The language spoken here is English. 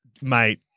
mate